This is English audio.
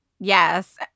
Yes